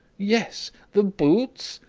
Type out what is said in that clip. yes. the boots?